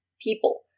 people